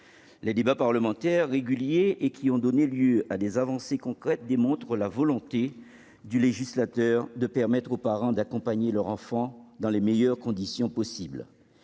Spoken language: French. Les débats parlementaires réguliers, qui ont donné lieu à des avancées concrètes, démontrent la volonté du législateur de permettre aux parents d'accompagner leur enfant dans les meilleures conditions possible.